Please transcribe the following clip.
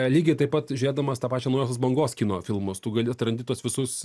lygiai taip pat žiūrėdamas tą pačią naujosios bangos kino filmus tu gali atrandi tuos visus